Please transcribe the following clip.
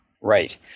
Right